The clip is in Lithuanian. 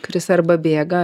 kuris arba bėga